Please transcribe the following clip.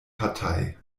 partei